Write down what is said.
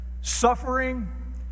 suffering